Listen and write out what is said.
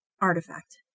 artifact